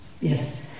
Yes